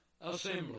assembly